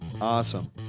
Awesome